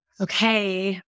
Okay